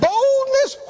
Boldness